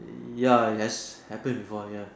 ya has happened before ya